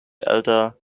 elder